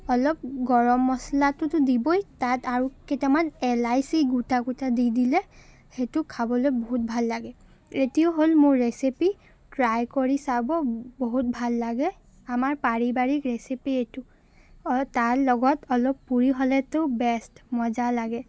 অলপ গৰম মছলাটোতো দিবই তাত আৰু কেইটামান এলাইচি গোটা গোটা দি দিলে সেইটো খাবলৈ বহুত ভাল লাগে এইটো হ'ল মোৰ ৰেচিপি ট্ৰাই কৰি চাব বহুত ভাল লাগে আমাৰ পাৰিবাৰিক ৰেচিপি এইটো অ' তাৰ লগত অলপ পুৰি হ'লেতো বেষ্ট মজা লাগে